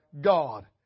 God